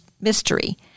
mystery